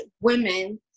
women